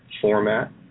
format